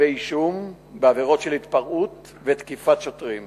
כתבי-אישום בעבירות של התפרעות ותקיפת שוטרים